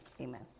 amen